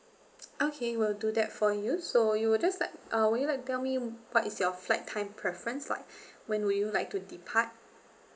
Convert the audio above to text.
okay will do that for you so you will just like uh would you like to tell me what is your flight time preference like when will you like to depart